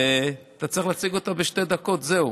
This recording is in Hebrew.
ואתה צריך להציג אותה בשתי דקות, זהו.